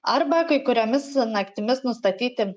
arba kai kuriomis naktimis nustatyti